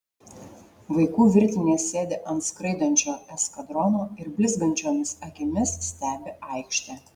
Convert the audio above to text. vaikų virtinės sėdi ant skraidančiojo eskadrono ir blizgančiomis akimis stebi aikštę